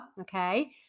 okay